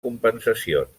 compensacions